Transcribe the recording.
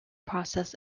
process